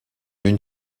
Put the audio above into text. une